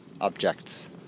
objects